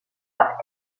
par